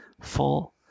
full